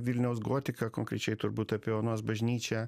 vilniaus gotiką konkrečiai turbūt apie onos bažnyčią